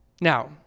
Now